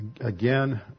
again